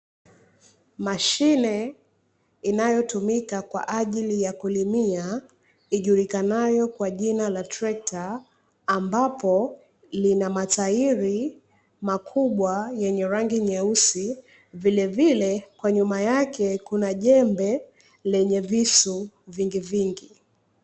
Mashine inayotumika kwa ajili ya kulimia, ijulikanayo kwa jina la trekta, ambapo lina matairi makubwa yenye rangi nyeusi, vile vile kwa nyuma yake kuna jembe lenye visu vingivingi.